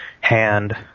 hand